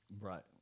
right